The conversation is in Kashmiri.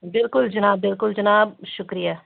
بلکُل جِناب بلکُل جِباب شُکریہ